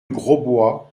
grosbois